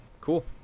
cool